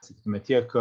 sakytumėme tiek